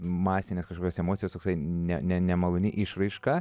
masinės kažkokios emocijos toksai ne ne nemaloni išraiška